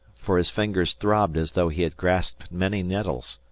for his fingers throbbed as though he had grasped many nettles.